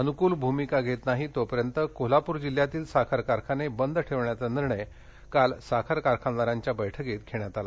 अनुकल भूमिका घेत नाही तोपर्यंत कोल्हापूर जिल्ह्यातील साखर कारखाने बंद ठेवण्याचा निर्णय काल साखर कारखानदारांच्या बैठकीत घेण्यात आला